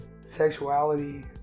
sexuality